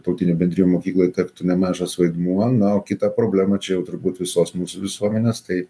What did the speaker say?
tautinių bendrijų mokyklai tektų nemažas vaidmuo na kita problema čia jau turbūt visos mūsų visuomenės tai